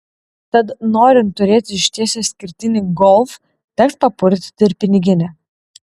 tad norint turėti išties išskirtinį golf teks papurtyti ir piniginę